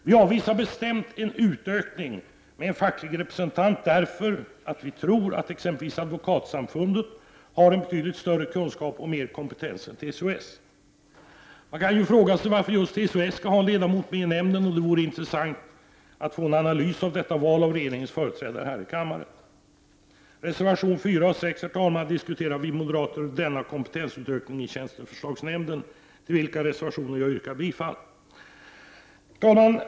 Vi avvisar bestämt en utökning med en facklig representant, eftersom vi tror att exempelvis Advokatsamfundet har en betydligt större kunskap och större kompetens än TCO-S. Man kan fråga sig varför just TCO-S skall ha en ledamot med i nämnden. Det vore intressant att av regeringens företrädare här i kammaren få en analys av detta val. I reservationerna 4 och 6 diskuterar vi moderater kompetensutökningen i tjänsteförslagsnämnden. Jag yrkar bifall till dessa reservationer. Herr talman!